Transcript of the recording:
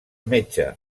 metge